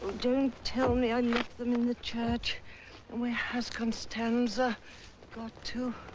don't tell me i left them in the church and where has constanza got to.